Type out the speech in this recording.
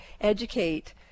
educate